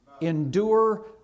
Endure